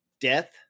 Death